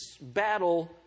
battle